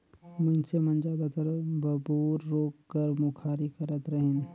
मइनसे मन जादातर बबूर रूख कर मुखारी करत रहिन